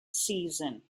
season